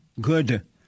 good